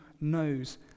knows